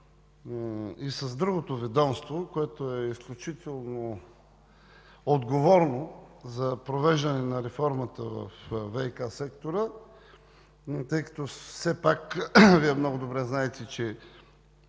и за другото ведомство. То е изключително отговорно при провеждането на реформата във ВиК-сектора, тъй като все пак Вие много добре знаете, че